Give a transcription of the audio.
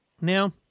Now